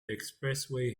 expressway